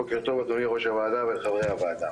בוקר טוב, אדוני יו"ר הוועדה וחברי הוועדה.